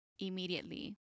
Immediately